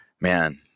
man